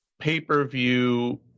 pay-per-view